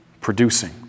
producing